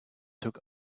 took